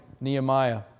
Nehemiah